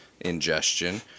ingestion